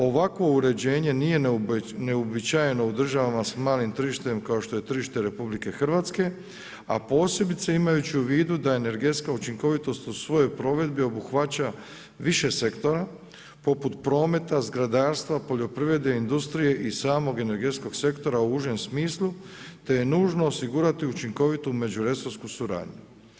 Ovakvo uređenje nije neuobičajeno u državama s malim tržištem kao što je tržište RH, a posebice imajući u vidu da je energetska učinkovitost u svojoj provedbi obuhvaća više sektora poput prometa, zgradarstva, poljoprivrede, industrije i samog energetskog sektora u užem smislu, te je nužno osigurati učinkovitu međuresorsku suradnju.